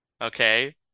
okay